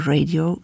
Radio